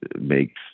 makes